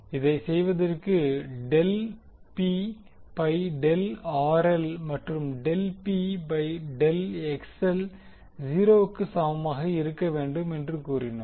இதை செய்வதற்கு del P by del மற்றும் டெல் P பை டெல் 0 வுக்கு சமமாக இருக்க வேண்டும் என்று கூறினோம்